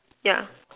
yeah